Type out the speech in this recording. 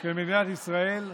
של מדינת ישראל.